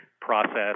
process